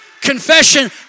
Confession